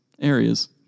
areas